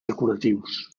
decoratius